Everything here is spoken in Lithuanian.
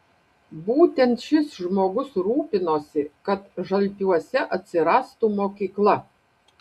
būtent šis žmogus rūpinosi kad žalpiuose atsirastų mokykla